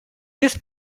this